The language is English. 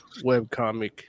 webcomic